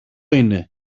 είναι